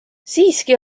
siiski